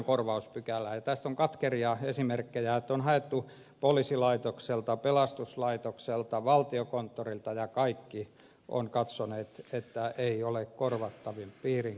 ja tästä on katkeria esimerkkejä että on haettu poliisilaitokselta pelastuslaitokselta valtiokonttorilta ja kaikki ovat katsoneet että ei ole korvattavan piirin kuuluva